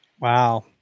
Wow